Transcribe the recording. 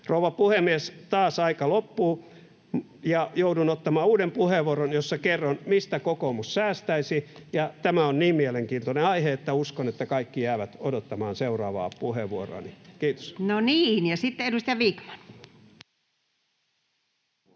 Rouva puhemies! Taas aika loppuu, ja joudun ottamaan uuden puheenvuoron, jossa kerron, mistä kokoomus säästäisi. Ja tämä on niin mielenkiintoinen aihe, että uskon, että kaikki jäävät odottamaan seuraavaa puheenvuoroani. — Kiitos. [Naurua vasemmalta — Toimi